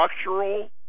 structural